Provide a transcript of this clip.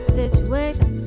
situation